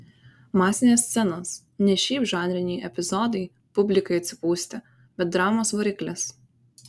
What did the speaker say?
masinės scenos ne šiaip žanriniai epizodai publikai atsipūsti bet dramos variklis